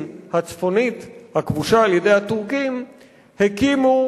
הצפונית הכבושה על-ידי הטורקים הקימו